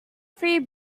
three